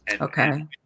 Okay